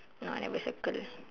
no I never circle